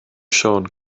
siôn